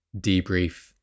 debrief